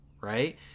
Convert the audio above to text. right